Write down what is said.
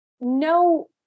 no